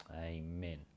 amen